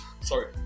sorry